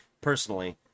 personally